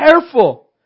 careful